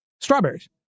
Strawberries